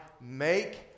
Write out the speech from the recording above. make